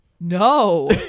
no